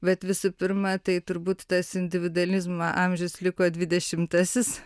bet visų pirma tai turbūt tas individualizmo amžius liko dvidešimtasis